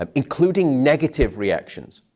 um including negative reactions.